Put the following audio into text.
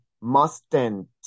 mustn't